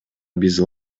биз